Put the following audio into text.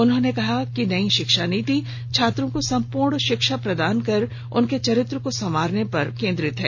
उन्होंने कहा कि नयी शिक्षा नीति छात्रों को सम्पूर्ण शिक्षा प्रदान कर उनके चरित्र को संवारने पर केन्द्रित है